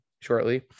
shortly